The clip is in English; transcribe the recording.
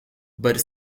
but